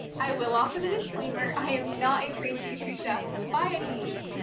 i will offer the disclaimer, i am not a trained pastry chef by any means,